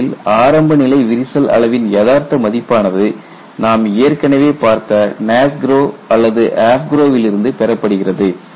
எனவே ஆரம்ப நிலை விரிசல் அளவின் யதார்த்த மதிப்பானது நாம் ஏற்கனவே பார்த்த NASGRO அல்லது AFGROW விலிருந்து பெறப்படுகிறது